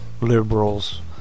liberals